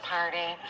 Party